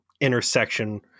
intersection